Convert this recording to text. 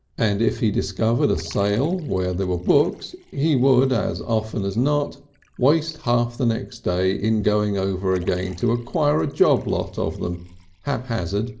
and if he discovered a sale where there were books he would as often as not waste half the next day in going again to acquire a job lot of them haphazard,